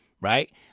Right